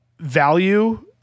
value